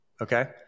okay